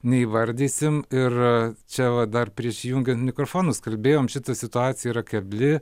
neįvardysim ir čia va dar prisijungiant mikrofonus kalbėjom šita situacija yra kebli